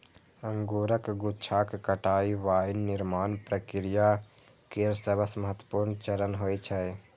अंगूरक गुच्छाक कटाइ वाइन निर्माण प्रक्रिया केर सबसं महत्वपूर्ण चरण होइ छै